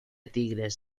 tigres